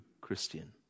Christian